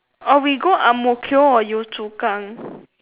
or we go ang-mo-kio or yio-chu-kang